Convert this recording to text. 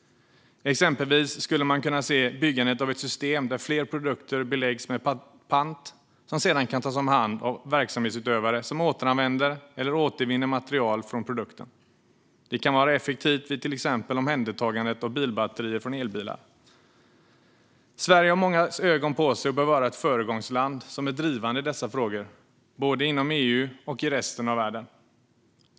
Exempelvis skulle man kunna se byggandet av ett system där fler produkter beläggs med pant och som sedan kan tas om hand av verksamhetsutövare som återanvänder eller återvinner material från produkten. Det kan vara effektivt vid till exempel omhändertagandet av bilbatterier från elbilar. Sverige har mångas ögon på sig och bör vara ett föregångsland som är drivande i dessa frågor, både inom EU och i resten av världen.